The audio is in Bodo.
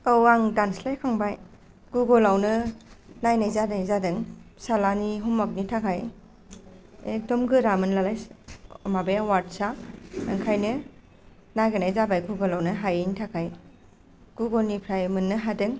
औ आं दानस्लायखांबाय गुगोलावनो नायनाय जानाय जादों फिसालानि हम अवार्कनि थाखाय एकदम गोरामोन नालाय माबाया अवार्दसा ओंखायनो नागिरनाय जाबाय गुगोलावनो हायैनि थाखाय गुगोलनिफ्राय मोननो हादों